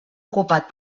ocupat